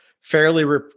fairly